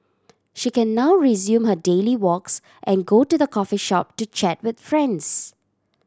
she can now resume her daily walks and go to the coffee shop to chat with friends